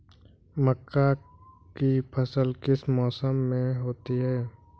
मक्का की फसल किस मौसम में होती है?